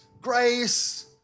grace